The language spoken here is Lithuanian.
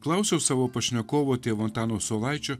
klausiau savo pašnekovo tėvo antano saulaičio